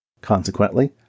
Consequently